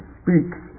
speaks